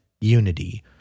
unity